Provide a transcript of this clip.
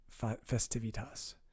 festivitas